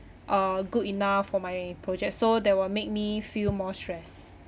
uh good enough for my project so that will make me feel more stress